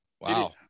Wow